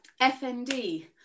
FND